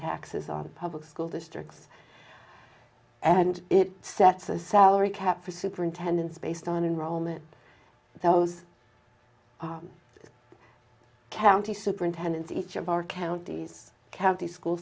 taxes on the public school districts and it sets a salary cap for superintendents based on enrollment those county superintendent each of our county's county school